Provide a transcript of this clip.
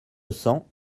cents